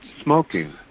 smoking